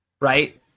Right